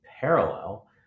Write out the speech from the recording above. parallel